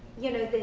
you know,